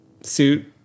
suit